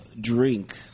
drink